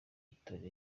itorero